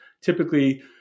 typically